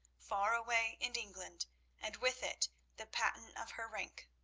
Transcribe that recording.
far away in england and with it the patent of her rank.